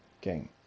game